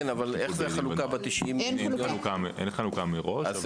אין חלוקה מראש.